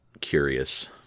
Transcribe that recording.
curious